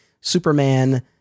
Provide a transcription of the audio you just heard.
Superman